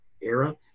era